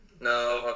No